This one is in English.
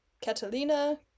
Catalina